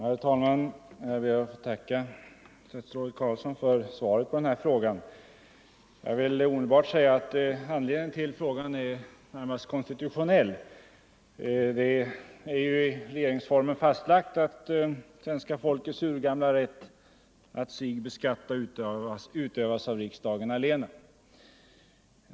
Herr talman! Jag ber att få tacka statsrådet Carlsson för svaret på min fråga. Jag vill omedelbart säga att anledningen till min fråga närmast är konstitutionell. Det är ju i regeringsformen fastlagt att svenska folkets 17 urgamla rätt att sig självt beskatta utövas av riksdagen allena.